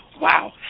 Wow